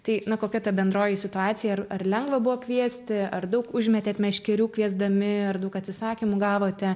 tai kokia ta bendroji situacija ir ar lengva buvo kviesti ar daug užmetėt meškerių kviesdami ar daug atsisakymų gavote